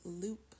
loop